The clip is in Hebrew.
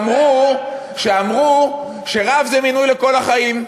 שאמרו שרב זה מינוי לכל החיים.